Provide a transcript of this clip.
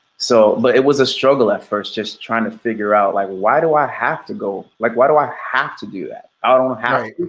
so but it was a struggle at first, just trying to figure out, like, why do i have to go, like, why do i have to do that? i don't wanna have to,